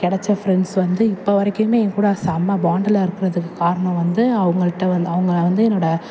கிடச்ச ஃப்ரெண்ட்ஸ் வந்து இப்போ வரைக்குமே ஏன் கூட செம்ம பாண்டில் இருக்கிறதுக்கு காரணம் வந்து அவர்கள்கிட்ட வந் அவங்களை வந்து என்னோட